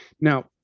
now